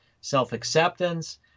self-acceptance